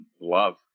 love